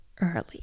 early